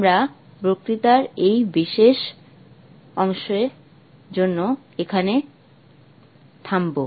আমরা বক্তৃতার এই বিশেষ অংশের জন্য এখানে থামব